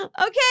Okay